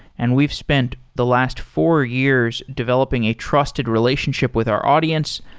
and we've spent the last four years developing a trusted relationship with our audience.